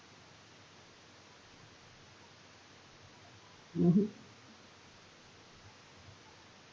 mm hmm